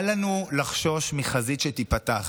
אל לנו לחשוש מחזית שתיפתח,